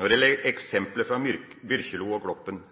Når det gjelder eksempelet fra Byrkjelo i Gloppen,